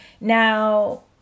Now